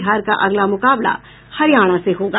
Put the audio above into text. बिहार का अगला मुकाबला हरियाणा से होगा